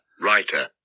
writer